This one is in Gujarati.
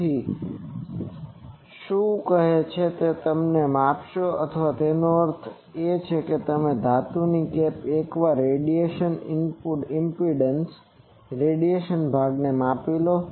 તેથી શું કહે છે કે હવે તમે તે માપશો તેનો અર્થ છે કે તમે આ ધાતુની કેપ સાથે એકવાર રેડિયેશન ઇનપુટ ઈમ્પીડંસ અવબાધ impedance રેડિયેશનના ભાગને માપી લો